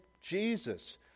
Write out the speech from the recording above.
Jesus